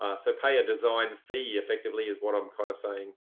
ah so pay a design fee effectively is what i'm kind of saying.